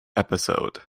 episode